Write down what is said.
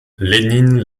lénine